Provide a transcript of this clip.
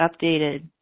updated